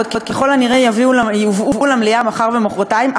ועוד ככל הנראה יובאו למליאה מחר ומחרתיים,